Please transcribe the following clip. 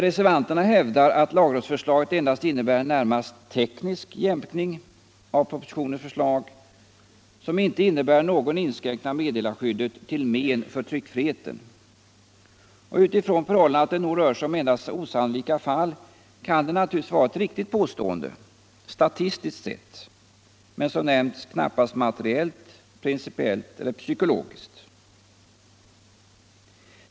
Reservanterna gör gällande att lagrådsförslaget endast innebär en närmast teknisk jämkning av propositionens förslag, som inte innebär någon inskränkning av meddelarskyddet till men för tryckfriheten. Utifrån förhållandet att det nog rör sig om endast osannolika fall kan detta naturligtvis vara ett riktigt påstående statistiskt sett — men som nämnts —- knappast materiellt, principiellt eller psykologiskt.